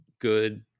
good